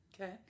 Okay